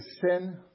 sin